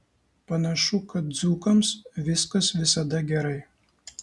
panašu kad dzūkams viskas visada gerai